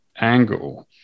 angle